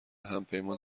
همپیمان